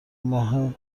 ماه